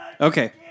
Okay